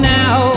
now